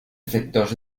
efectos